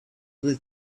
was